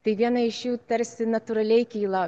tai viena iš jų tarsi natūraliai kyla